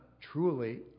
truly